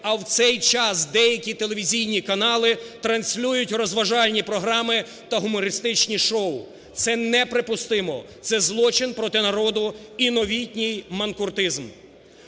а в цей час деякі телевізійні канали транслюють розважальні програми та гумористичні шоу. Це неприпустимо. Це злочин проти народу і новітній манкуртизм.